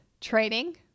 training